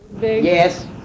Yes